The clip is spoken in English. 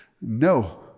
No